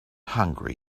hungry